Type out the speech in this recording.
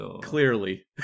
Clearly